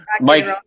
Mike